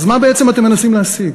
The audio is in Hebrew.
אז מה בעצם אתם מנסים להשיג?